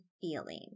feeling